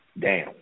down